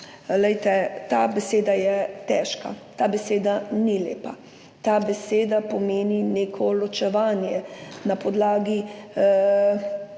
Glejte, ta beseda je težka, ta beseda ni lepa. Ta beseda pomeni neko ločevanje na podlagi rase,